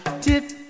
tip